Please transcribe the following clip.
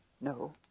No